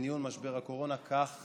בניהול משבר הקורונה, כך